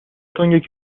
تنگ